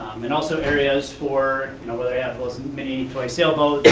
and also areas for where they have those mini toy sailboat,